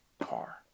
car